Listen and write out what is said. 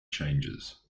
changes